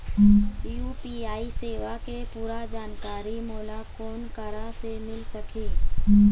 UPI सेवा के पूरा जानकारी मोला कोन करा से मिल सकही?